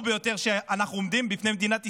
ביותר שאנחנו עומדים בפניו במדינת ישראל.